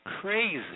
crazy